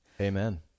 Amen